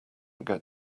get